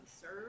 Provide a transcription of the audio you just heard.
serve